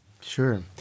Sure